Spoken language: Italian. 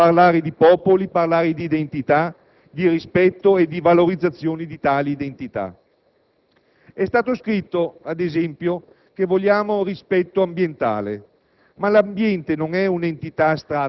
le radici cristiane d'Europa, di popoli, di identità, di rispetto e di valorizzazione di tali identità. È stato scritto, ad esempio, che vogliamo rispetto ambientale,